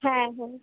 হ্যাঁ হ্যাঁ